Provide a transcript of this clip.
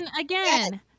Again